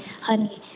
Honey